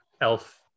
elf